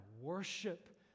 worship